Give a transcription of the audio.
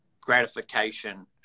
gratification